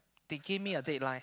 they give me a deadline